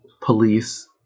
police